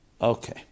Okay